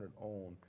on